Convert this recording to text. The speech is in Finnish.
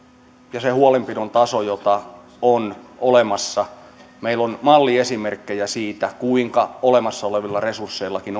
ja se huolenpidon taso jotka ovat olemassa meillä on malliesimerkkejä siitä kuinka olemassa olevilla resursseillakin